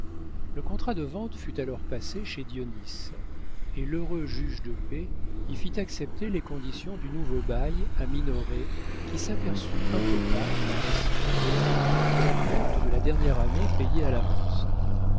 le contrat de vente fut alors passé chez dionis et l'heureux juge de paix y fit accepter les conditions du nouveau bail à minoret qui s'aperçut un peu tard ainsi que zélie de la perte de la dernière année payée à l'avance